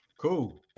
Cool